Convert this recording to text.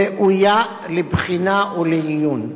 ראויה לבחינה ולעיון.